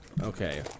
Okay